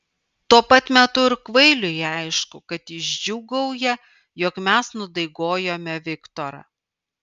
tuo pat metu ir kvailiui aišku kad jis džiūgauja jog mes nudaigojome viktorą